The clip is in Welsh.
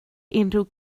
unrhyw